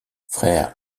frère